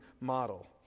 model